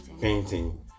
painting